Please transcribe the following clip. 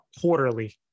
quarterly